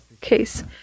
case